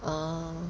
orh